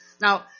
Now